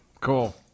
cool